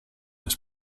his